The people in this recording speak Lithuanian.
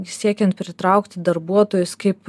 siekiant pritraukti darbuotojus kaip